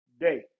day